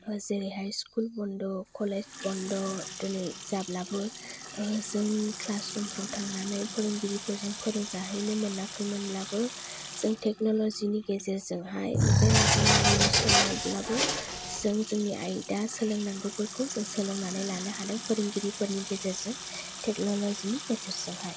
जेरैहाय स्कुल बन्द' कलेज बन्द' दोनै जाब्लाबो जों क्लास रुम फ्राव थांनानै फोरोंगिरिफोरजों फोरोंजाहैनो मोनाखैमोनब्लाबो जों टेकनलजि नि गेजेरजोंहाय बे महामारिनि समावब्लाबो जों जोंनि आयदा सोलोंनांगौफोरखौ जों सोलोंनानै लानो हादों फोरोंगिरिफोरनि गेजेरजों टेकनलजि नि गेजेरजोंहाय